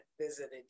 visited